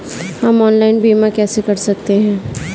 हम ऑनलाइन बीमा कैसे कर सकते हैं?